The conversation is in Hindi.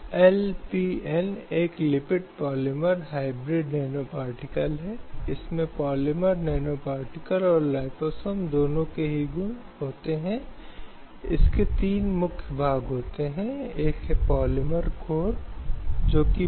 जैसा कि मैंने कहा था कि मुआवजे के मामले में मुआवजे को जीवन के अधिकार का एक अभिन्न अंग माना गया है और 2000 के चेयरमैन रेलवे बोर्ड बनाम चंद्रीमदास के मामले में जहां रेलवे यात्री निवास में एक बांग्लादेशी नागरिक के साथ बलात्कार किया गया था